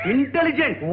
Intelligent